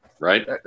right